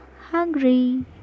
hungry